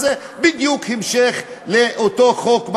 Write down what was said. זה בדיוק המשך לאותו חוק,